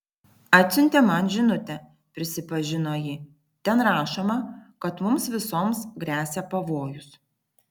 atsiuntė man žinutę prisipažino ji ten rašoma kad mums visoms gresia pavojus